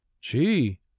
Gee